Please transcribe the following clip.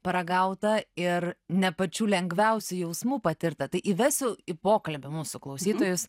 paragauta ir ne pačių lengviausių jausmų patirta tai įvesiu į pokalbį mūsų klausytojus